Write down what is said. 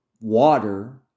water